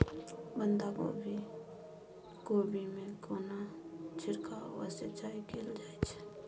बंधागोभी कोबी मे केना छिरकाव व सिंचाई कैल जाय छै?